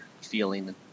feeling